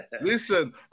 listen